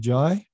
Jai